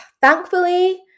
thankfully